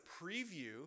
preview